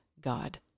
God